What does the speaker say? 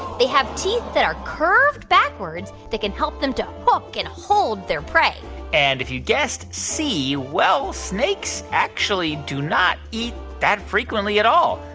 they have teeth that are curved backwards that can help them to hook and hold their prey and if you guessed c, well, snakes actually do not eat that frequently at all.